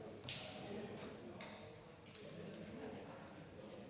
Tak